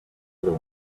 other